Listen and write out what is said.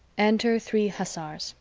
enter three hussars